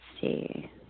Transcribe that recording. see